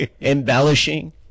Embellishing